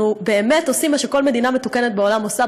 אנחנו באמת עושים מה שכל מדינה מתוקנת בעולם עושה